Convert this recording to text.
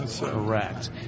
Correct